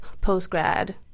post-grad